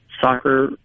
soccer